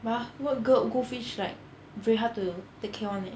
!wah! what gold goldfish like very hard to take care [one] eh